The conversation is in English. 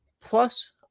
plus